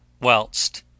whilst